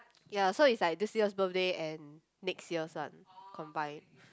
ya so it's like this year's birthday and next year's one combine